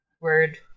word